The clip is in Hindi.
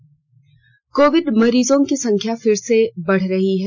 शुरुआत कोविड मरीजों की संख्या फिर से बढ़ रही है